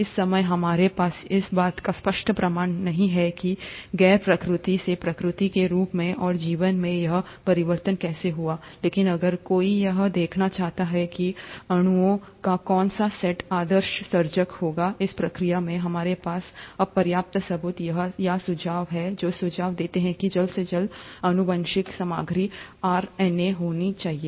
इस समय हमारे पास इस बात का स्पष्ट प्रमाण नहीं है कि गैर प्रतिकृति से प्रतिकृति के रूप और जीवन में यह परिवर्तन कैसे हुआ लेकिन अगर कोई यह देखना चाहता था कि अणुओं का कौन सा सेट आदर्श सर्जक होगा इस प्रक्रिया में हमारे पास अब पर्याप्त सबूत या सुझाव हैं जो यह सुझाव देते हैं कि जल्द से जल्द आनुवंशिक सामग्री आरएनए होनी चाहिए